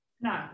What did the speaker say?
No